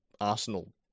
arsenal